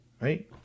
right